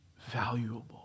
valuable